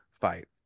fight